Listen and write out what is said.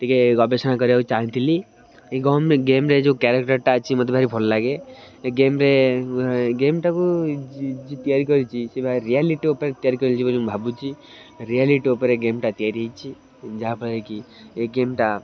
ଟିକେ ଗବେଷଣା କରିବାକୁ ଚାହିଁଥିଲି ଏ ଗମ ଗେମ୍ ରେ ଯେଉଁ କ୍ୟାରେକ୍ଟରଟା ଅଛି ମତେ ଭାରି ଭଲ ଲାଗେ ଏ ଗେମ୍ ରେ ଗେମ୍ ଟା କୁ ଯିଏ ତିଆରି କରିଛି ସେ ଭାରି ରିୟାଲିଟି ଉପରେ ତିଆରି କରିଛି ବୋଲି ମୁଁ ଭାବୁଛି ରିଆଲିଟି ଉପରେ ଗେମ୍ ଟା ତିଆରି ହେଇଛି ଯାହାଫଳରେ କି ଏ ଗେମ୍ ଟା